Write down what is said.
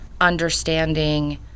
understanding